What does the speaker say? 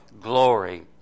glory